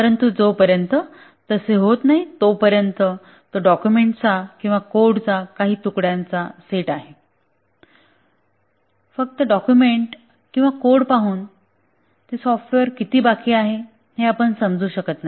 परंतु जोपर्यंत तसे होत नाही तोपर्यंत तो डॉक्युमेंट्स चा किंवा कोडच्या काही तुकड्यांचा सेट आहे फक्त डॉक्युमेंट किंवा कोड पाहून किती बाकी आहे हे आपण समजू शकत नाही